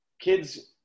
kids